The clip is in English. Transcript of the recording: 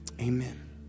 Amen